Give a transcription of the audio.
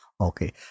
Okay